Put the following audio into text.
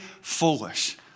foolish